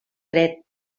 dret